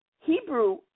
Hebrew